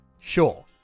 Sure